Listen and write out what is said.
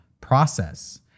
process